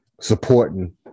supporting